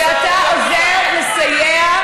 תיזהרי,